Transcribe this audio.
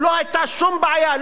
לא היתה שום בעיה,